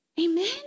Amen